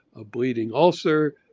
a bleeding ulcer,